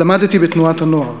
למדתי בתנועת הנוער.